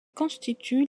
constituent